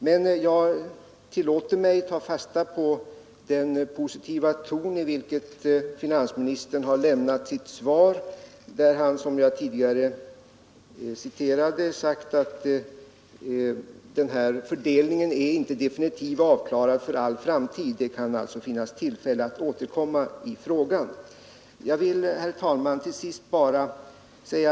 Men jag tillåter mig att ta fasta på den positiva tonen i finansministerns svar, där han sagt att den här fördelningen inte är definitivt bestämd för all framtid. Det kan alltså bli tillfälle att återkomma i frågan.